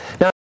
Now